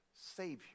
Savior